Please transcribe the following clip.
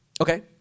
Okay